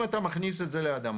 אם אתה מכניס את זה לאדמה,